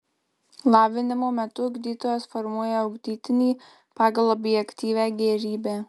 lavinimo metu ugdytojas formuoja ugdytinį pagal objektyvią gėrybę